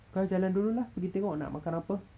kau jalan dulu lah pergi tengok nak makan apa